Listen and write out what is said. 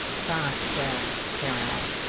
faster, sirrah